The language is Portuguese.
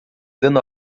dando